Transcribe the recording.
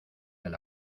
del